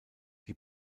die